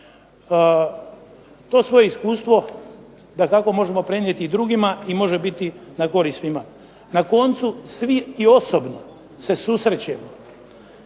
To svoje iskustvo dakako možemo prenijeti i drugima i može biti na korist svima. Na koncu svi i osobno se susrećemo